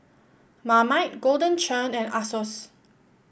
Marmite Golden Churn and Asos